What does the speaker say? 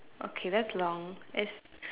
okay that's long that's